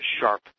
sharp